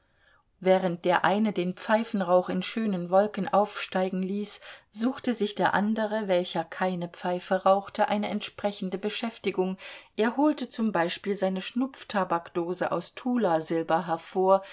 während der eine den pfeifenrauch in schönen wolken aufsteigen ließ suchte sich der andere welcher keine pfeife rauchte eine entsprechende beschäftigung er holte zum beispiel seine schnupftabakdose aus tulasilber hervor